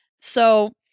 So-